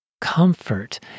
comfort